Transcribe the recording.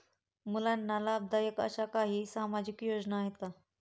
मुलींना लाभदायक अशा काही सामाजिक योजना आहेत का?